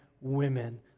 women